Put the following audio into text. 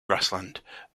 grassland